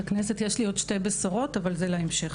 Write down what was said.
יש לי עוד שתי בשורות, אבל זה להמשך.